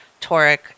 toric